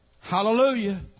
Hallelujah